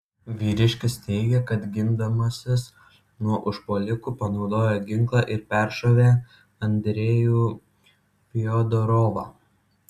vyriškis teigė kad gindamasis nuo užpuolikų panaudojo ginklą ir peršovė andrejų fiodorovą